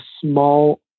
small